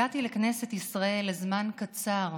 הגעתי לכנסת ישראל לזמן קצר,